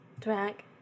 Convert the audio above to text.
Drag